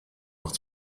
wird